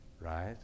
right